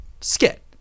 skit